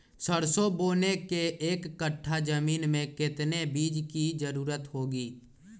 सरसो बोने के एक कट्ठा जमीन में कितने बीज की जरूरत होंगी?